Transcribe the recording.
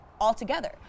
altogether